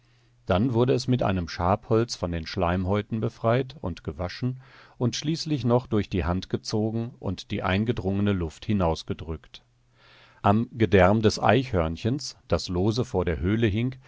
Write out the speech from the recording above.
dann wurde es mit einem schabholz von den schleimhäuten befreit und gewaschen und schließlich noch durch die hand gezogen und die eingedrungene luft hinausgedrückt am gedärm des eichhörnchens das lose vor der höhle hing